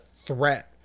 threat